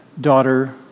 daughter